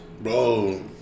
bro